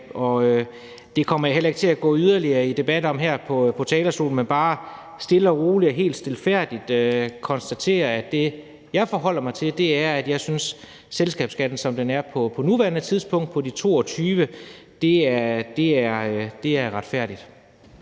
Det kommer jeg heller ikke til at gå yderligere i debat om her på talerstolen, men jeg konstaterer bare helt stille, roligt og stilfærdigt, at det, jeg forholder mig til, er, at jeg synes, selskabsskatten, som den er på nuværende tidspunkt, på 22 pct. er retfærdig.